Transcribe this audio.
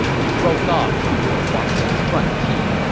he broke off two of huang quan's front teeth,